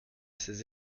ses